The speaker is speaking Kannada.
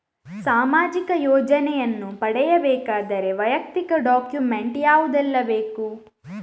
ಸಾಮಾಜಿಕ ಯೋಜನೆಯನ್ನು ಪಡೆಯಬೇಕಾದರೆ ವೈಯಕ್ತಿಕ ಡಾಕ್ಯುಮೆಂಟ್ ಯಾವುದೆಲ್ಲ ಬೇಕು?